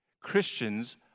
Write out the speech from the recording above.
Christians